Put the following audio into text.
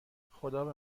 خدابه